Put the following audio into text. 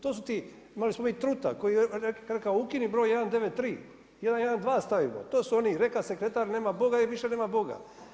To su ti, imali smo mi truta koji je rekao ukini broj 193, 112 stavimo, to su oni, i reka sekretar i nema Boga i više nema Boga.